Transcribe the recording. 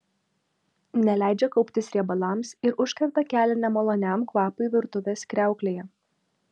neleidžia kauptis riebalams ir užkerta kelią nemaloniam kvapui virtuvės kriauklėje